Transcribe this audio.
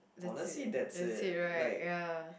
that's it that's it right ya